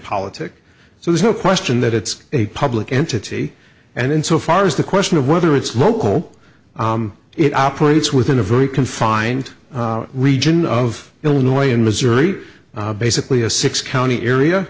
politic so there's no question that it's a public entity and in so far as the question of whether it's local it operates within a very confined region of illinois and missouri basically a six county area